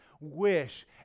wish